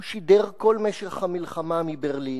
הוא שידר כל משך המלחמה מברלין,